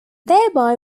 thereby